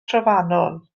trofannol